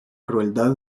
crueldad